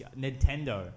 Nintendo